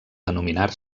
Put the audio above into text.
denominar